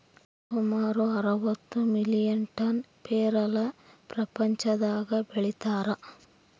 ಸುಮಾರು ಅರವತ್ತು million ton ಪೇರಲ ಪ್ರಪಂಚದಾಗ ಬೆಳೀತಾರ